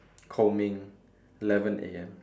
combing eleven A_M